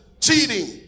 Cheating